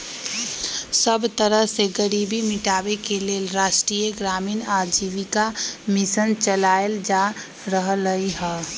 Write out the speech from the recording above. सब तरह से गरीबी मिटाबे के लेल राष्ट्रीय ग्रामीण आजीविका मिशन चलाएल जा रहलई ह